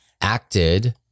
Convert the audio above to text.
acted